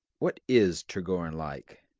what is trigorin like?